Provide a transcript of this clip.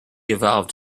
evolved